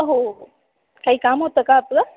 हो हो काही काम होतं का आपलं